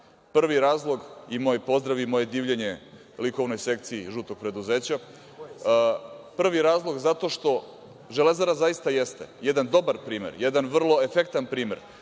razlog, i moj pozdrav i moje divljenje likovnoj sekciji žutog preduzeća, prvi razlog zato što Železara zaista jeste jedan dobar primer, jedan vrlo efektan primer.